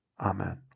Amen